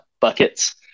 buckets